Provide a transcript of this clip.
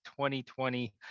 2020